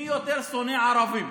מי יותר שונא ערבים,